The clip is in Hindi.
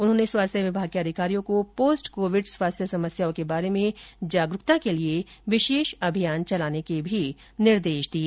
उन्होंने स्वास्थ्य विभाग के अधिकारियों को पोस्ट कोविड स्वास्थ्य समस्याओं के बारे में जागरूकता के लिए विशेष अभियान चलाने के निर्देश दिए